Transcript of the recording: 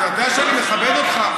אתה יודע שאני מכבד אותך.